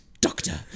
Doctor